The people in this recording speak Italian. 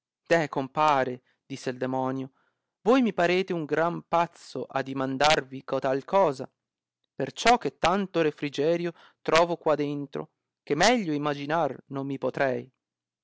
deh compare disse il demonio voi mi parete un gran pazzo a dimandarmi cotal cosa perciò che tanto refrigerio trovo qua dentro che meglio imaginar non mi potrei